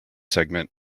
segment